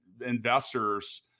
investors